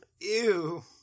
Ew